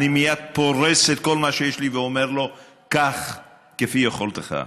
אני מייד פורס את כל מה שיש לי ואומר לו: קח כפי יכולתך.